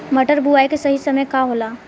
मटर बुआई के सही समय का होला?